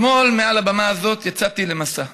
אתמול, מעל הבמה הזאת, יצאתי למסע,